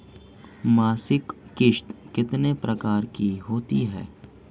मासिक किश्त कितने प्रकार की होती है?